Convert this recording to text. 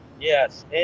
yes